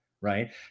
right